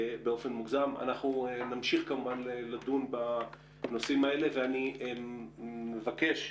אנחנו נמשיך לדון בנושאים הללו ואני מבקש,